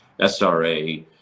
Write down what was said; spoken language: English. SRA